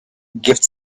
gift